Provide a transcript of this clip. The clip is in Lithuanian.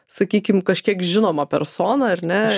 sakykim kažkiek žinoma persona ar ne